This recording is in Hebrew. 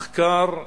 מחקר,